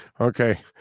Okay